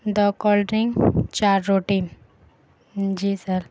دو cold drink چار روٹی جی سر